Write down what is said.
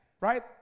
right